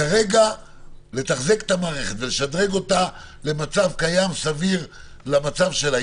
כרגע לתחזק את המערכת ולשדרג אותה למצב קיים סביר של היום,